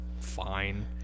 fine